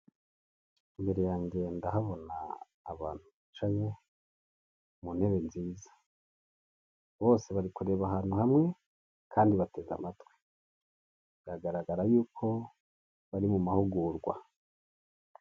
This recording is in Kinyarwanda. Imbere yanjye ndahabona abantu bicaye mu ntebe nziza, bose bari kureba ahantu hamwe kandi bateze amatwi biragaragara y'uko bari mu mahugurwa.